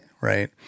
right